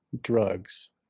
drugs